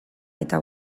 eta